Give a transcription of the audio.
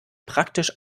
praktisch